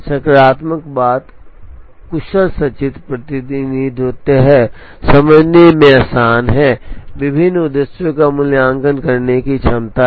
सकारात्मक बात कुशल सचित्र प्रतिनिधित्व है समझने में आसान है विभिन्न उद्देश्यों का मूल्यांकन करने की क्षमता है